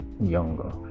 Younger